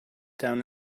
down